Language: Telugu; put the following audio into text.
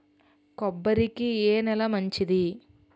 కొబ్బరి కి ఏ నేల మంచిది?